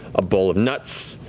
a bowl of nuts,